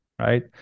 right